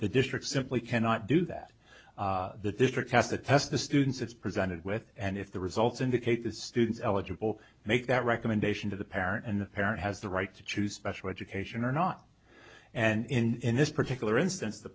the districts simply cannot do that the district has to test the students it's presented with and if the results indicate the students eligible make that recommendation to the parent and the parent has the right to choose special education or not and in this particular instance the